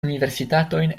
universitatojn